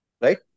right